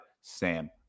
Sam